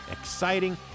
exciting